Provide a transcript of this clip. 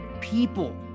people